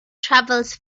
travels